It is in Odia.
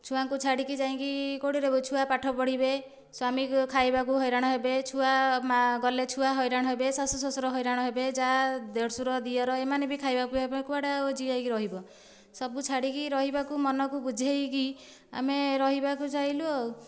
ଛୁଆଙ୍କୁ ଛାଡ଼ିକି ଯାଇକି କୁଆଡ଼େ ରହିବ ଛୁଆ ପାଠ ପଢ଼ିବେ ସ୍ଵାମୀ ଖାଇବାକୁ ହଇରାଣ ହେବେ ଛୁଆ ମାଆ ଗଲେ ଛୁଆ ହଇରାଣ ହେବେ ଶାଶୁ ଶ୍ୱଶୁର ହଇରାଣ ହେବେ ଯାଆ ଦେଢ଼ଶୁର ଦିଅର ଏମାନେ ବି ଖାଇବା ପିଇବାକୁ ଆଉ କୁଆଡ଼େ ଯାଇକି ରହିବ ସବୁ ଛାଡ଼ିକି ରହିବାକୁ ମନକୁ ବୁଝାଇକି ଆମେ ରହିବାକୁ ଯାଇଲୁ ଆଉ